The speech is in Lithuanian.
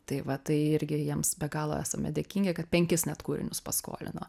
tai va tai irgi jiems be galo esame dėkingi kad penkis net kūrinius paskolino